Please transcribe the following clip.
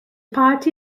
party